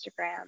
Instagram